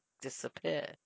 disappear